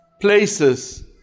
places